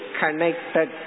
connected